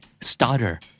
Starter